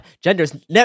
gender's